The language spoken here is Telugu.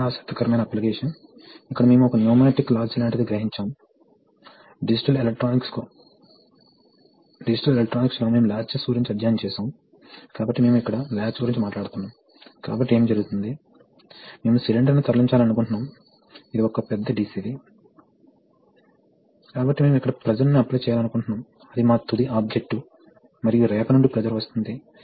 ఆసక్తికరమైన విషయం ఏమిటంటే వాస్తవానికి ఇది ఒక మంచి ఎక్సరిసిస్ కావచ్చు అక్కడ రెండు విషయాలు జరుగుతాయి మొదటి విషయం ఏమిటంటే రెండు పాయింట్లు నంబర్ వన్ ను కనుగొంటారు అంటే 2 1 ఏరియా రేషియో అనుకుంటే అప్పుడు ఎక్స్టెన్షన్ మరియు రిట్రాక్షన్ వేగం ఒకటేనని మీరు కనుగొంటారు కాని అవి ఇతర ఏరియా నిష్పత్తులకు సమానంగా ఉండవు అది గుర్తుంచుకోవాలి